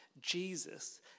Jesus